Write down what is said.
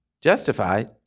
justified